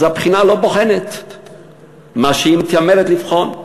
אז הבחינה לא בוחנת מה שהיא מתיימרת לבחון.